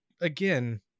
again